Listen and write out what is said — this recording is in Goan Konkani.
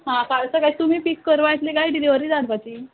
हां फाल्यां सकाळीं तुमी पिक करूं येतली काय डिलीवरी धाडपाची